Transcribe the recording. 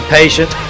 patient